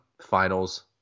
finals